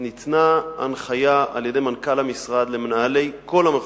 ניתנה הנחיה על-ידי מנכ"ל המשרד למנהלי כל המחוזות,